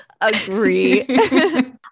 Agree